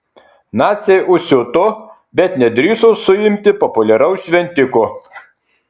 naciai užsiuto bet nedrįso suimti populiaraus šventiko